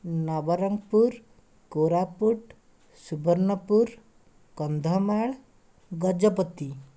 Nabarangpur Koraput Subarnapur Kandhamal Gajapati